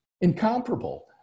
incomparable